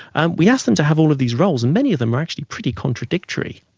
and we ask them to have all of these roles and many of them are actually pretty contradictory.